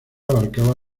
abarcaba